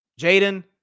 Jaden